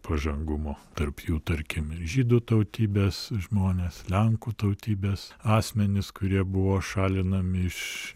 pažangumu tarp jų tarkim ir žydų tautybės žmonės lenkų tautybės asmenys kurie buvo šalinami iš